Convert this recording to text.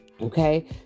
Okay